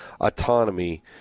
autonomy